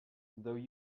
though